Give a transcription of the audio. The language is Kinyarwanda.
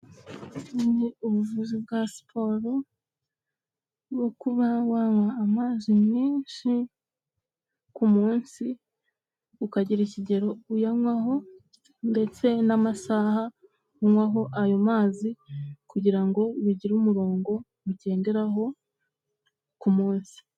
Ubuvuzi bwa siporo bwo kuba wanywa amazi menshi ku munsi ukagira ikigero uyanywaho ndetse n'amasaha unywaho ayo mazi, bigire umurongo ugenderaho ku munsi.